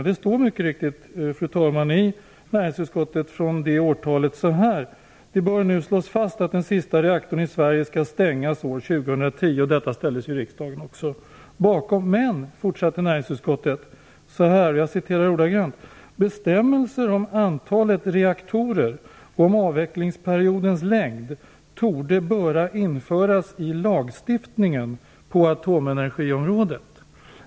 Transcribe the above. Det står mycket riktigt, fru talman, följande i näringsutskottets betänkande från det året: Det bör nu slås fast att den sista reaktorn i Sverige skall stängas år 2010. Detta ställde sig riksdagen också bakom. Näringsutskottet fortsätter: Bestämmelser om antalet reaktorer och om avvecklingsperiodens längd torde böra införas i lagstiftningen på atomenergiområdet.